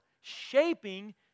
shaping